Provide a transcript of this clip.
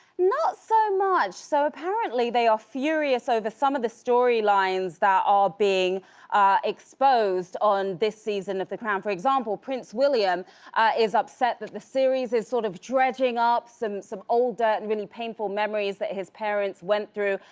not so much. so apparently they are furious so over some of the storylines that are being exposed on this season of the crown. for example, prince william is upset that the series is sort of dredging up some some old dirt and really painful memories that his parents went through.